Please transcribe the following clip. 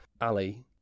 Ali